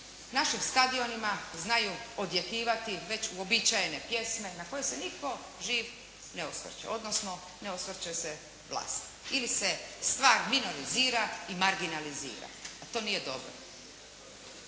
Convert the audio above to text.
našim stadionima znaju odjekivati već uobičajene pjesme na koje se nitko živ ne osvrće odnosno ne osvrće se vlast ili se stvar minorizira i marginalizira, a to nije dobro.